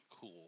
cool